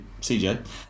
CJ